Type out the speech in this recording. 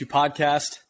podcast